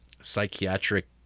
psychiatric